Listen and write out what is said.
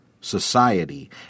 society